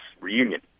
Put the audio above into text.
reunion